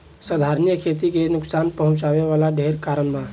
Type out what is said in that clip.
संधारनीय खेती के नुकसान पहुँचावे वाला ढेरे कारण बा